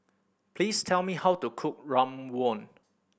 please tell me how to cook rawon